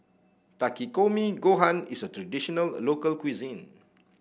Takikomi Gohan is a traditional local cuisine